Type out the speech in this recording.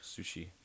Sushi